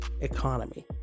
economy